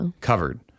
covered